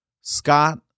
Scott